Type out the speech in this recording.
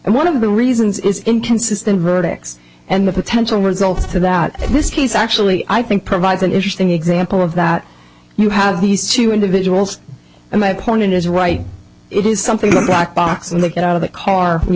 and one of the reasons is inconsistent verdicts and the potential result of that this case actually i think provides an interesting example of that you have these two individuals and my point is right it is something that black box and they get out of the car we